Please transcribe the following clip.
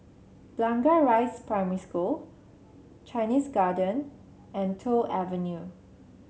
Blangah Rise Primary School Chinese Garden and Toh Avenue